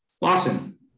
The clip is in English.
Lawson